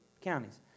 counties